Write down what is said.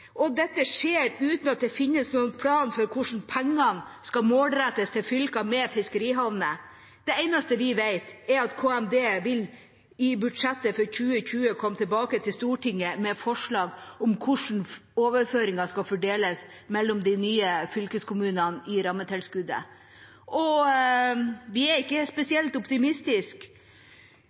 nevnt. Dette skjer uten at det finnes noen plan for hvordan pengene skal målrettes til fylker med fiskerihavnene. Det eneste vi vet, er at Kommunal- og moderniseringsdepartementet i budsjettet for 2020 vil komme tilbake til Stortinget med forslag om hvordan overføringen skal fordeles mellom de nye fylkeskommunene i rammetilskuddet. Vi er ikke spesielt